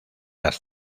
las